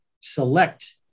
select